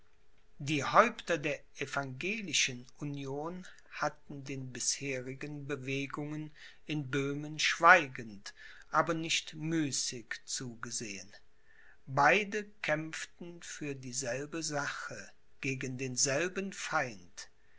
die häupter der evangelischen union hatten den bisherigen bewegungen in böhmen schweigend aber nicht müßig zugesehen beide kämpften für dieselbe sache gegen denselben feind